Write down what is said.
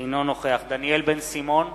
אינו נוכח דניאל בן-סימון,